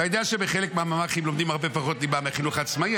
אתה יודע שבחלק מהממ"חים לומדים הרבה פחות ליבה מהחינוך העצמאי?